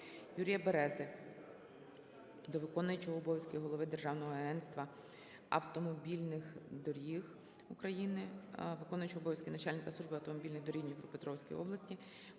Юрія Берези до виконуючого обов'язків голови Державного агентства автомобільних доріг України, виконуючого обов'язки начальника Служби автомобільних доріг у Дніпропетровській області,